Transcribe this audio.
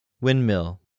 Windmill